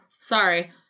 sorry